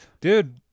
Dude